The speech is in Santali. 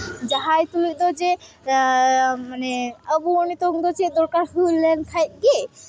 ᱡᱟᱦᱟᱸᱭ ᱛᱩᱞᱩᱡ ᱫᱚ ᱡᱮ ᱢᱟᱱᱮ ᱟᱵᱚ ᱱᱤᱛᱚᱝ ᱫᱚ ᱪᱮᱫ ᱫᱚᱨᱠᱟᱨ ᱦᱩᱭ ᱞᱮᱱᱠᱷᱟᱡ ᱜᱮ